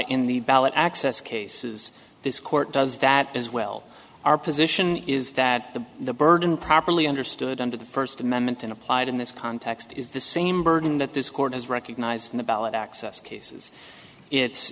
in the ballot access cases this court does that as well our position is that the the burden properly understood under the first amendment and applied in this context is the same burden that this court has recognized in the ballot access cases it's